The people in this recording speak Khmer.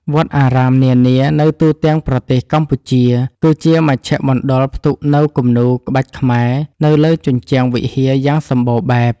វត្តអារាមនានានៅទូទាំងប្រទេសកម្ពុជា គឺជាមជ្ឈមណ្ឌលផ្ទុកនូវគំនូរក្បាច់ខ្មែរនៅលើជញ្ជាំងវិហារយ៉ាងសំបូរបែប។